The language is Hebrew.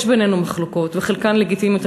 יש בינינו מחלוקות וחלקן לגיטימיות,